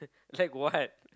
check what